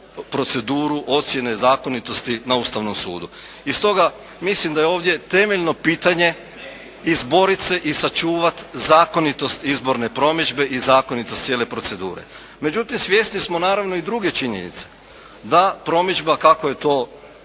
proceduru ocjene zakonitosti na Ustavnom sudu. I stoga mislim da je ovdje temeljno pitanje izborit se i sačuvat zakonitost izborne promidžbe i zakonitost cijele procedure. Međutim svjesni smo naravno i druge činjenice, da promidžba kako je to